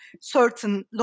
certain